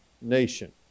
nation